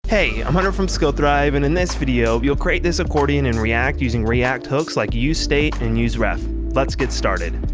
hey, i'm hunter from skillthrive and in this video you'll create this accordion in react using react hooks like usestate and useref. let's get started.